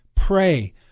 Pray